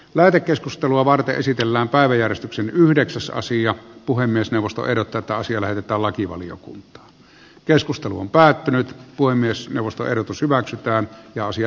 lähetekeskustelua varten esitellään päiväjärjestyksen yhdeksäs asia puhemiesneuvosto ehdottaa että asia lähetetään lakivaliokunta keskustelu on päättynyt voi myös vastaehdotus hyväksytään ja osia